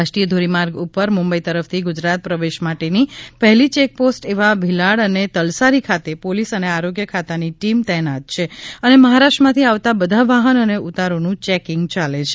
રાષ્ટ્રીય ધોરીમાર્ગ ઉપર મુંબઈ તરફથી ગુજરાત પ્રવેશ માટેની પહેલી ચેકપોસ્ટ એવા ભીલાડ અને તલસારી ખાતે પોલીસ અને આરોગ્ય ખાતાની ટિમ તૈનાત છે અને મહારાષ્ટ્રમાંથી આવતા બધા વાહન અને ઉતારુંનું ચેકિંગ ચાલે છે